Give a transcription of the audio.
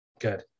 Good